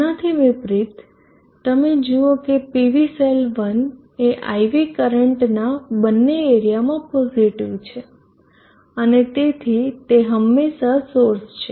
તેનાથી વિપરિત તમે જુઓ કે PV સેલ 1 એ IV કરંટના બંને એરીયા માં પોઝીટીવ છે અને તેથી તે હંમેશાં સોર્સ છે